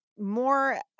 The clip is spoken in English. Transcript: more